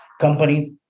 company